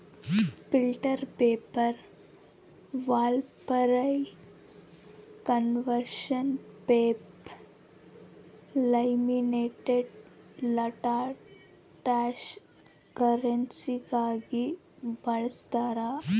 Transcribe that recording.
filter paper wallpaper conservation paper laminated toilet tissue ಕರೆನ್ಸಿಗಾಗಿ ಬಳಸ್ತಾರ